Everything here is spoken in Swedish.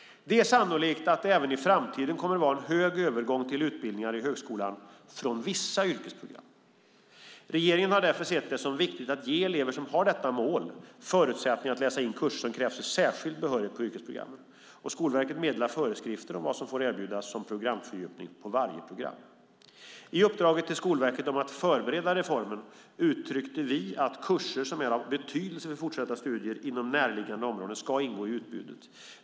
Det är sannolikt att det även i framtiden kommer att vara en hög övergång till utbildningar i högskolan från vissa yrkesprogram. Regeringen har därför sett det som viktigt att ge elever som har detta mål förutsättningar för att läsa in kurser som krävs för särskild behörighet på yrkesprogrammen. Skolverket meddelar föreskrifter om vad som får erbjudas som programfördjupning på varje program. I uppdraget till Skolverket om att förbereda reformen uttryckte vi att kurser som är av betydelse för fortsatta studier inom närliggande områden ska ingå i utbudet.